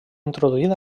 introduït